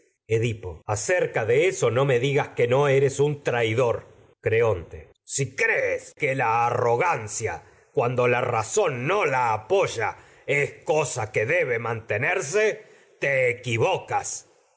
edipo traidor acerca de eso no me digas que no eres un creonte si zón la crees que la arrogancia cuando la ra no apoya es cosa que debe mantenerse te